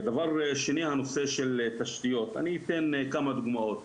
דבר שני נושא התשתיות, ואני אתן כמה דוגמאות,